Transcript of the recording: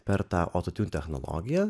per tą autotune technologiją